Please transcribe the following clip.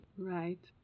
Right